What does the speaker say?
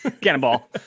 cannonball